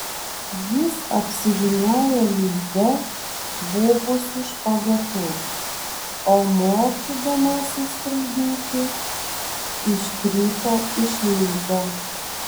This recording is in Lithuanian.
jis apsivyniojo lizde buvusiu špagatu o mokydamasis skraidyti iškrito iš lizdo